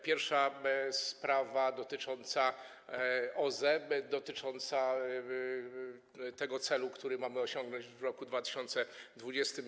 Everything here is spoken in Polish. Pierwsza sprawa dotyczy OZE, dotyczy tego celu, który mamy osiągnąć w roku 2020.